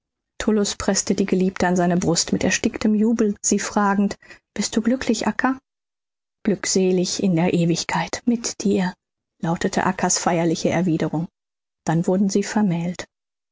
preßte die geliebte an seine brust mit ersticktem jubel sie fragend bist du glücklich acca glückselig in der ewigkeit mit dir lautete acca's feierliche erwiederung dann wurden sie vermählt